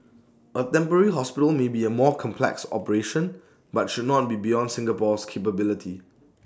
A temporary hospital may be A more complex operation but should not be beyond Singapore's capability